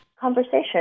conversation